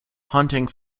hunting